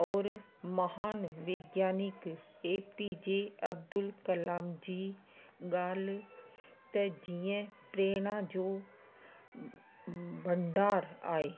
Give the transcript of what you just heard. और महान वैज्ञानिक A P J Abdul Kalam ji ॻाल्हि त जीअं प्रेरणा जो भंडार आहे